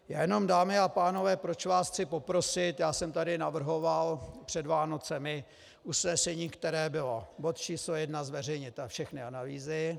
Já jenom, dámy a pánové, proč vás chci poprosit, já jsem tady navrhoval před Vánocemi usnesení, které bylo: Bod číslo 1 zveřejnit všechny analýzy.